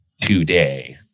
today